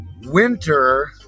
Winter